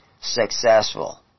successful